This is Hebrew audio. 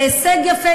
זה הישג יפה.